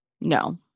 No